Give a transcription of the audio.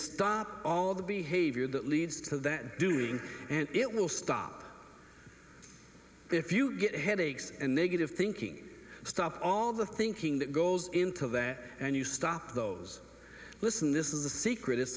stop all the behavior that leads to that doing and it will stop if you get headaches and negative thinking stuff all the thinking that goes into that and you stop those listen this is the secret is